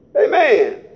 Amen